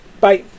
Bye